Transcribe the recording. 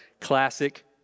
Classic